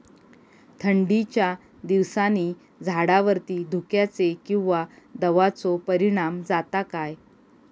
थंडीच्या दिवसानी झाडावरती धुक्याचे किंवा दवाचो परिणाम जाता काय?